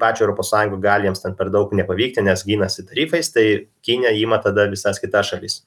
pačią europos sąjungą gal jiems ten per daug nepavykti nes ginasi tarifais tai kinija ima tada visas kitas šalis